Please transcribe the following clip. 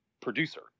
producer